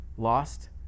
lost